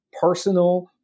personal